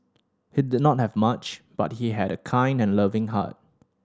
he did not have much but he had a kind and loving heart